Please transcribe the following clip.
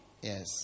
Yes